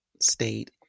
state